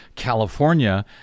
California